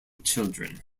children